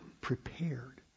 prepared